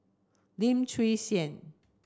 Lim Chwee Chian